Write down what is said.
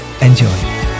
enjoy